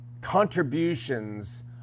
contributions